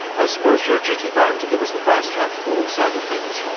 i suppose you are duty-bound to give us the glass half full side of things.